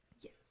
yes